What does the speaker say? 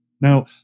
Now